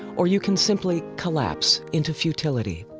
or you can simply collapse into futility.